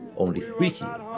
only freakier.